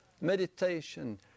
meditation